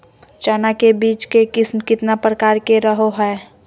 चना के बीज के किस्म कितना प्रकार के रहो हय?